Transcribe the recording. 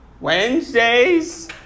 Wednesdays